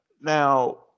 Now